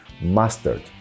mastered